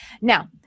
Now